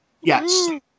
yes